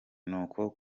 nuko